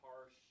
harsh